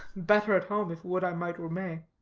better at home, if would i might were may.